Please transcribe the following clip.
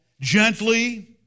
gently